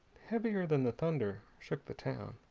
heavier than the thunder, shook the town.